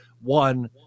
one